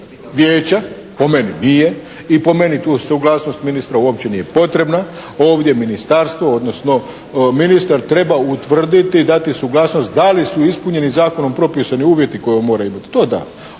vijeća, po meni nije i po meni tu suglasnost ministra uopće nije potrebna. Ovdje ministarstvo, odnosno ministar treba utvrditi, dati suglasnost da li su ispunjeni zakonom propisani koje on mora imati. To da,